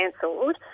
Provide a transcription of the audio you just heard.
cancelled